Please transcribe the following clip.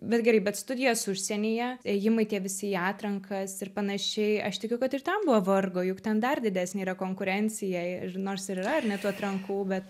bet gerai bet studijos užsienyje ėjimai tie visi į atrankas ir panašiai aš tikiu kad ir ten buvo vargo juk ten dar didesnė yra konkurencija ir nors ir yra ar ne tų atrankų bet